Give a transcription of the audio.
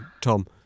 Tom